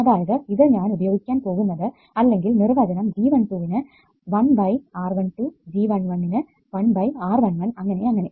അതായത് ഇത് ഞാൻ ഉപയോഗിക്കാൻ പോകുന്നത് അല്ലെങ്കിൽ നിർവചനം G12 നു 1R12 G11 നു 1R11 അങ്ങനെ അങ്ങനെ